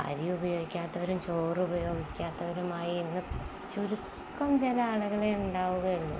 അരി ഉപയോഗിക്കാത്തവരും ചോറുപയോഗിക്കാത്തവരുമായി ഇന്നു ചുരുക്കം ചില ആളുകളേ ഉണ്ടാവുകയുള്ളൂ